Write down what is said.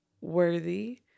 worthy